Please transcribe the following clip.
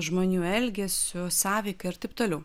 žmonių elgesiu sąveika ir taip toliau